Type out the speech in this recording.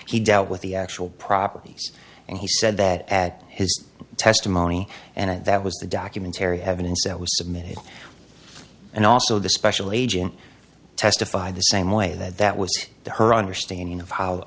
he dealt with the actual properties and he said that at his testimony and that was the documentarian evidence that was submitted and also the special agent testified the same way that that was her understanding of how